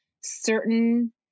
certain